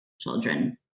children